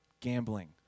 gambling